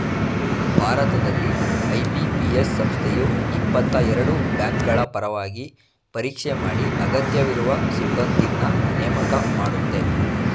ಭಾರತದಲ್ಲಿ ಐ.ಬಿ.ಪಿ.ಎಸ್ ಸಂಸ್ಥೆಯು ಇಪ್ಪತ್ತಎರಡು ಬ್ಯಾಂಕ್ಗಳಪರವಾಗಿ ಪರೀಕ್ಷೆ ಮಾಡಿ ಅಗತ್ಯವಿರುವ ಸಿಬ್ಬಂದಿನ್ನ ನೇಮಕ ಮಾಡುತ್ತೆ